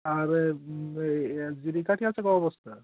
আর এ জিরেকাঠি আছে ক বস্তা